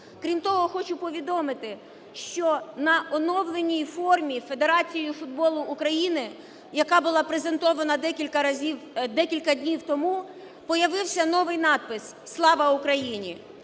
Крім того, хочу повідомити, що на оновленій формі Федерації футболу України, яка була презентована декілька разів… декілька днів тому, появився новий напис "Слава Україні".